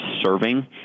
serving